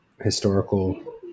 historical